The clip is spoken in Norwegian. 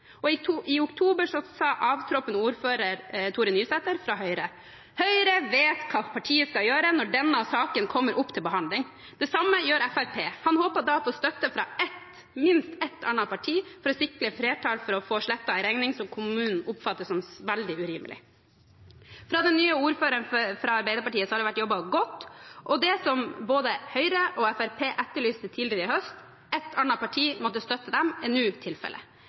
I oktober sa avtroppende ordfører Tore Nysæter fra Høyre til samme avis: «Høyre vet hva partiet skal gjøre når denne saken kommer opp til behandling. Det samme gjør Frp.» Han håpet da på støtte fra minst ett annet parti for å sikre flertall for å få slettet en regning kommunen oppfatter som veldig urimelig. Fra den nye ordføreren fra Arbeiderpartiet har det vært jobbet godt, og det som både Høyre og Fremskrittspartiet etterlyste tidligere i høst, at ett annet parti måtte støtte dem, er nå tilfellet.